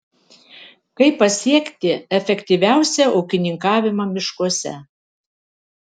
kaip pasiekti efektyviausią ūkininkavimą miškuose